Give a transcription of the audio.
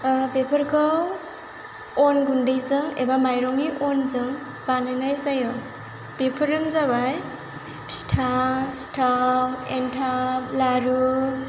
बेफोरखौ अन गुन्दैजों एबा माइरंनि अनजों बानायनाय जायो बेफोरनो जाबाय फिथा सिथाव एनथाब लारु